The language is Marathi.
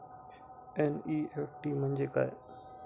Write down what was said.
एन.इ.एफ.टी म्हणजे काय?